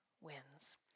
wins